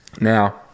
Now